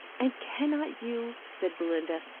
and cannot you, said belinda,